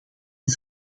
een